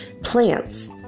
plants